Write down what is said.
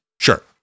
Sure